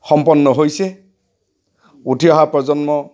সম্পন্ন হৈছে উঠি অহা প্ৰজন্ম